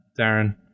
Darren